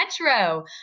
Metro